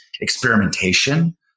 experimentation